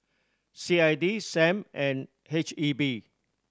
C I D Sam and H E B